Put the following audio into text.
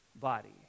body